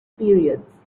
periods